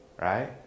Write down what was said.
Right